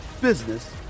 business